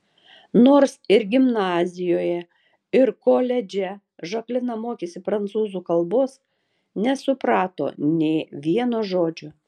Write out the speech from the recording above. nors ir gimnazijoje ir koledže žaklina mokėsi prancūzų kalbos nesuprato nė vieno žodžio